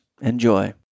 Enjoy